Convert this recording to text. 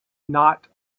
not